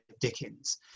Dickens